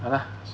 bah